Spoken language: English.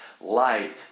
light